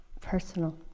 personal